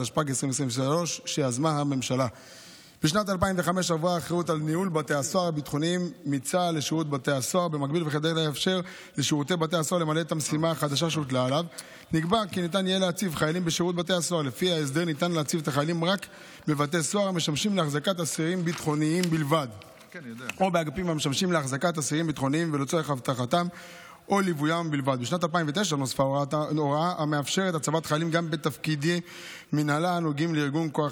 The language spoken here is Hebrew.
התשפ"ג 2023. מציג חבר הכנסת ינון אזולאי,